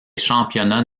championnats